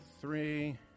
three